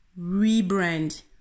rebrand